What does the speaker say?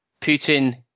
Putin